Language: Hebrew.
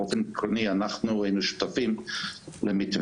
באופן עקרוני אנחנו היינו שותפים למתווה,